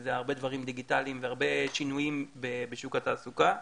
שזה הרבה דברים דיגיטליים והרבה שינויים בשוק התעסוקה,